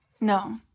No